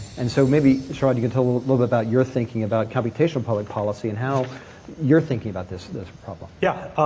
and so maybe sharad you can tell a little bit about your thinking about computational public policy, and how you're thinking about this this problem? yeah,